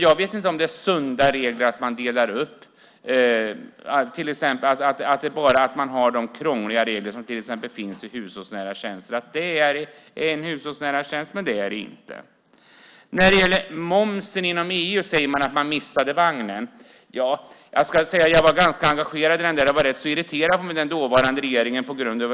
Jag vet inte om det är att dela upp det och till exempel ha de krångliga regler som finns för hushållsnära tjänster där en tjänst är en hushållsnära tjänst men en annan inte är det. När det gäller momsen inom EU säger man att man missade vagnen. Jag var rätt så engagerad och ganska irriterad på hur den dåvarande regeringen hanterade det.